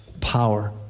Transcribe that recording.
power